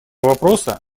вопроса